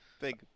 big